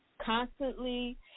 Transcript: constantly